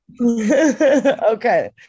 okay